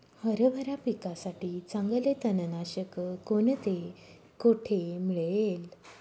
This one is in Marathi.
हरभरा पिकासाठी चांगले तणनाशक कोणते, कोठे मिळेल?